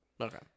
Okay